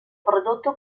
prodotto